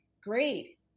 Great